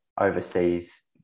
overseas